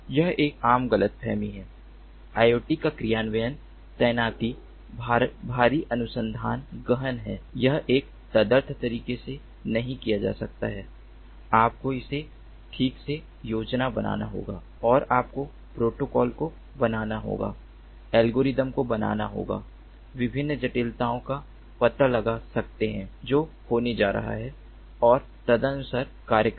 यह एक आम ग़लतफ़हमी है IoT का क्रियान्वयन तैनाती भारी अनुसंधान गहन है यह एक तदर्थ तरीके से नहीं किया जा सकता है आपको इसे ठीक से योजना बनाना होगा और आपको प्रोटोकॉल को बनाना होगा एल्गोरिदम को बनाना होगा विभिन्न जटिलताओं का पता लगा सकते हैं जो होने जा रहा है और तदनुसार कार्य करें